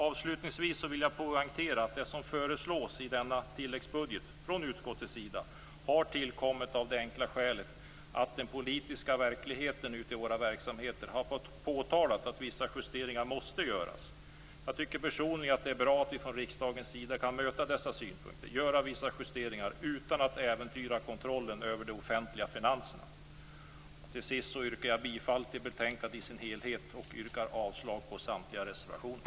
Avslutningsvis vill jag poängtera att det som föreslås i denna tilläggsbudget från utskottets sida har tillkommit av det enkla skälet att den politiska verkligheten ute i våra verksamheter har aktualiserat att vissa justeringar måste göras. Jag tycker personligen att det är bra att vi från riksdagen sida kan möta dessa synpunkter och göra vissa justeringar utan att äventyra kontrollen över de offentliga finanserna. Till sist yrkar jag bifall till utskottets hemställan i dess helhet och avslag på samtliga reservationer.